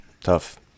Tough